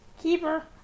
keeper